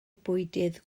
bwydydd